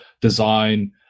design